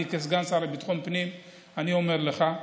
אני כסגן השר לביטחון הפנים אומר לך: